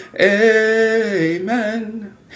amen